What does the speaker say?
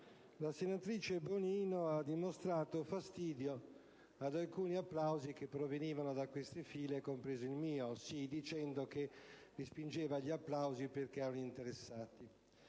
la senatrice Bonino ha mostrato fastidio per alcuni applausi che provenivano da queste file, compreso il mio, dicendo che respingeva gli applausi perché interessati.